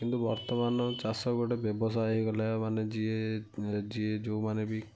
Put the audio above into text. କିନ୍ତୁ ବର୍ତ୍ତମାନ ଚାଷ ଗୋଟେ ବ୍ୟବସାୟ ହୋଇଗଲା ମାନେ ଯିଏ ଯିଏ ଯେଉଁମାନେ ବି